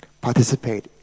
Participate